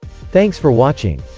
thanks for watching!